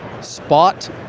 spot